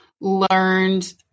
learned